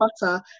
butter